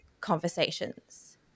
conversations